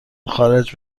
خارج